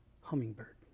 hummingbird